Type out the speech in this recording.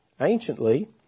anciently